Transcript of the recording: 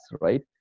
right